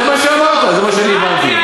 זה מה שאמרת, זה מה שאני הבנתי.